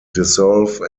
dissolve